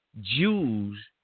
Jews